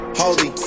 holy